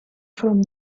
from